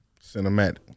Cinematic